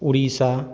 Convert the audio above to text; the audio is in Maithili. उड़ीसा